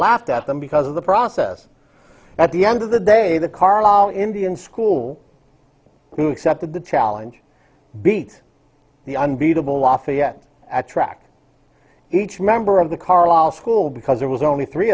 laughed at them because of the process at the end of the day the car all indian school except that the challenge beat the unbeatable lafayette at track each member of the carlisle school because there was only three